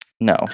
No